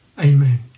Amen